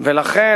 לכן,